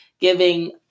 giving